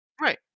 Right